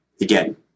again